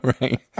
Right